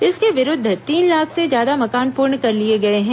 इसके विरूद्व तीन लाख से ज्यादा मकान पूर्ण कर लिए गए हैं